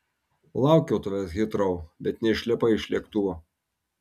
laukiau tavęs hitrou bet neišlipai iš lėktuvo